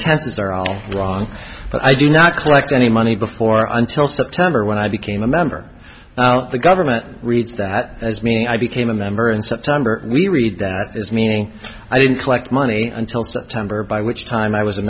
taxes are all wrong but i do not collect any money before until september when i became a member of the government reads that as me i became a member in september we read that as meaning i didn't collect money until september by which time i was a